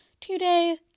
today